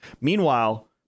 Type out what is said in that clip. Meanwhile